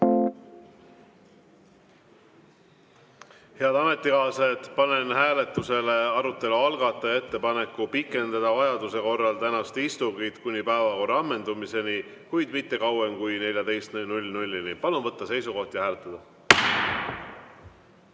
Head ametikaaslased, panen hääletusele arutelu algataja ettepaneku pikendada vajaduse korral tänast istungit kuni päevakorra ammendumiseni, kuid mitte kauem kui 14-ni. Palun võtta seisukoht ja hääletada!